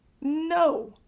no